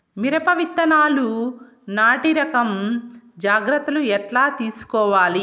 మిరప విత్తనాలు నాటి రకం జాగ్రత్తలు ఎట్లా తీసుకోవాలి?